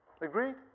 agreed